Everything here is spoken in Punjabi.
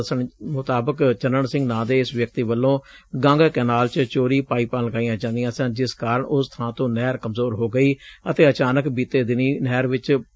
ਦੱਸਣ ਮੁਤਾਬਿਕ ਚੰਨਣ ਸਿੰਘ ਨਾਂ ਦੇ ਇਸ ਵਿਅਕਤੀ ਵਲੋਂ ਗੰਗ ਕੈਨਾਲ ਚ ਚੋਰੀ ਪਾਈਪਾਂ ਲਗਾਈਆਂ ਜਾਂਦੀਆਂ ਸਨ ਜਿਸ ਕਾਰਨ ਉਸ ਬਾਂ ਤੋਂ ਨਹਿਰ ਕਮਜ਼ੋਰ ਹੋ ਗਈ ਤੇ ਅਚਾਨਕ ਬੀਤੇ ਦਿਨੀ ਨਹਿਰ ਚ ਪਾੜ ਪੈ ਗਿਆ